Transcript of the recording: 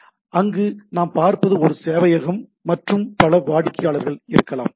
எனவே அங்கு நாம் பார்ப்பது ஒரு சேவையகம் மற்றும் பல வாடிக்கையாளர்கள் இருக்கலாம்